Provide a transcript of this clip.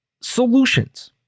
solutions